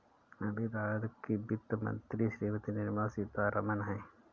अभी भारत की वित्त मंत्री श्रीमती निर्मला सीथारमन हैं